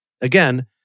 Again